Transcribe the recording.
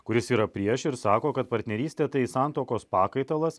kuris yra prieš ir sako kad partnerystė tai santuokos pakaitalas